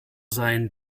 sein